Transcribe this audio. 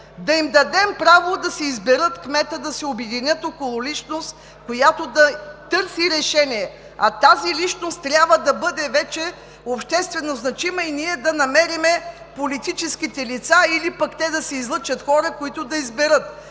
Да им дадем право да си изберат кмета, да се обединят около личност, която да търси решение. А тази личност трябва да бъде обществено значима. Ние да намерим политическите лица или пък те да си излъчат хора, които да изберат.